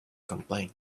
complained